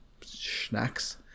snacks